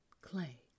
Clay